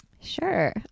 Sure